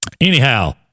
anyhow